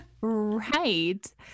Right